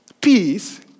peace